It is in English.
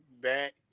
back